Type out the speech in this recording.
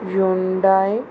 Hyundai